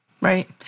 Right